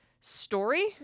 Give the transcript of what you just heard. story